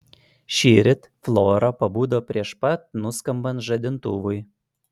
šįryt flora pabudo prieš pat nuskambant žadintuvui